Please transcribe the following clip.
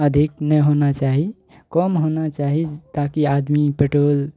अधिक नहि होना चाही कम होना चाही ताकि आदमी पेट्रोल